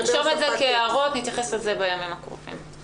נרשום את זה כהערות, נתייחס לזה בימים הקרובים,